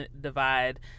divide